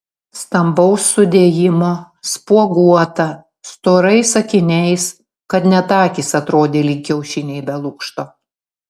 stambaus sudėjimo spuoguota storais akiniais kad net akys atrodė lyg kiaušiniai be lukšto